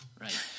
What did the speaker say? right